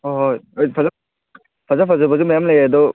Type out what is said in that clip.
ꯍꯣꯏ ꯍꯣꯏ ꯂꯩ ꯐꯖꯕ ꯐꯖ ꯐꯖꯕꯗꯤ ꯃꯌꯥꯝ ꯂꯩꯌꯦ ꯑꯗꯣ